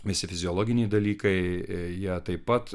visi fiziologiniai dalykai jie taip pat